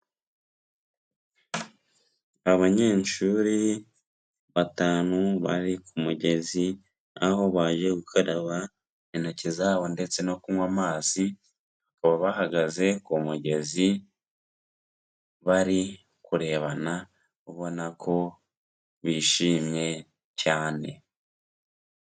Abanyeshuri batanu bari ku mugezi, aho baje gukaraba intoki zabo ndetse no kunywa amazi, bakaba bahagaze ku mugezi bari kurebana, ubona ko bishimye cyane.